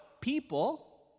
people